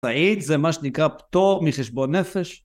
סעיד זה מה שנקרא פטור מחשבון נפש